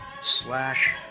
slash